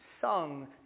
sung